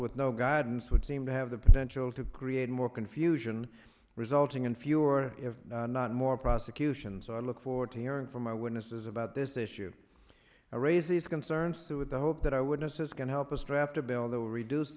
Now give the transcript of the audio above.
with no guidance would seem to have the potential to create more confusion resulting in fewer if not more prosecutions i look forward to hearing from eyewitnesses about this issue i raise these concerns to with the hope that i would assist can help us trapped a bill that will reduce